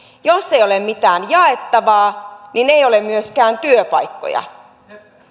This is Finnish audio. jos ei ole mitään jaettavaa niin ei ole myöskään työpaikkoja